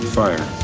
fire